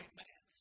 Amen